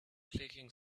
clicking